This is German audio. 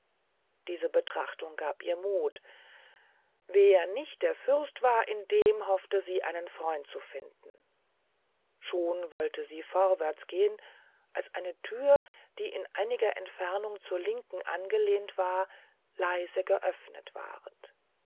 diese betrachtung gab ihr muth wer nicht der fürst war in dem hofte sie einen freund zu finden schon wollte sie vorwärts gehen als eine thür die in einiger entfernung zur linken angelehnt war leise geöfnet ward